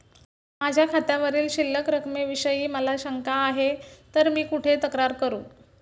माझ्या खात्यावरील शिल्लक रकमेविषयी मला शंका आहे तर मी कुठे तक्रार करू?